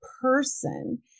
person